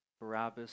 Barabbas